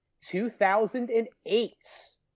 2008